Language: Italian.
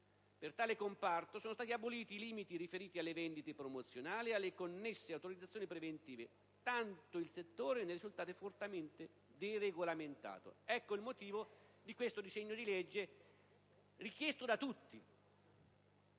per tale comparto sono stati aboliti i limiti riferiti alle vendite promozionali e alle connesse autorizzazioni preventive, tanto che il settore ne risulta fortemente deregolamentato. Ecco il motivo per il quale nasce questo disegno di legge, richiesto da tutti.